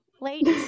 late